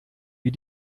wie